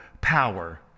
power